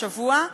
השבוע,